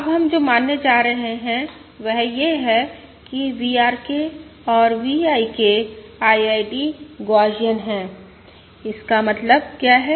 अब हम जो मानने जा रहे हैं वह यह है कि V R K और V I K IID Gaussian हैं इसका मतलब क्या है